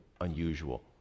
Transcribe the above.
unusual